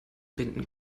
binden